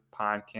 podcast